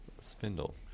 spindle